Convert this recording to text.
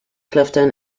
clifton